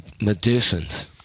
medicines